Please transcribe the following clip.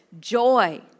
joy